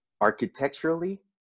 architecturally